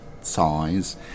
size